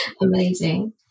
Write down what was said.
Amazing